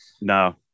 No